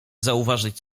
zauważyć